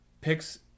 picks